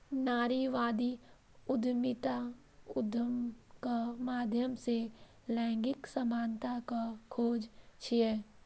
नारीवादी उद्यमिता उद्यमक माध्यम सं लैंगिक समानताक खोज छियै